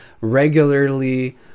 regularly